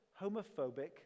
homophobic